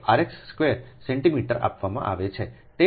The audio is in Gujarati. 778 rx કે rx 2 સેન્ટિમીટર આપવામાં આવે છે